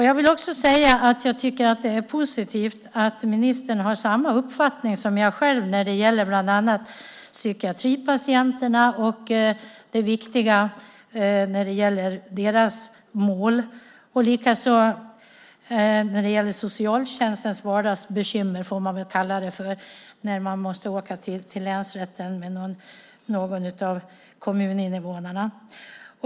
Jag vill också säga att jag tycker att det är positivt att ministern har samma uppfattning som jag själv om bland annat psykiatripatienterna och det viktiga när det gäller deras mål, likaså om socialtjänstens vardagsbekymmer, får man väl kalla det, när man måste åka till länsrätten med någon av kommuninvånarna.